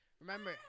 Remember